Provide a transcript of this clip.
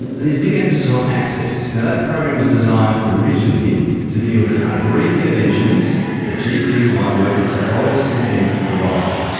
and and there's big emphasis on access. that program was designed originally to deal with the kind of brief interventions that gps might work with psychologists and teams to provide.